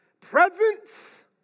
presence